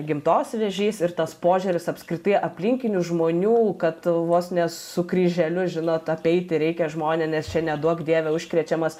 gimdos vėžys ir tas požiūris apskritai aplinkinių žmonių kad vos ne su kryželiu žinot apeiti reikia žmo nes čia neduok dieve užkrečiamas